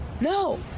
No